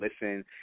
listen